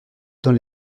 dans